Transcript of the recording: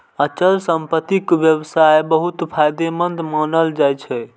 अचल संपत्तिक व्यवसाय बहुत फायदेमंद मानल जाइ छै